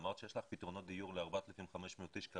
אמרת שיש לך כרגע פתרונות דיור ל-4,500 איש.